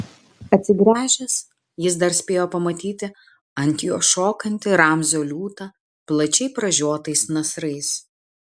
atsigręžęs jis dar spėjo pamatyti ant jo šokantį ramzio liūtą plačiai pražiotais nasrais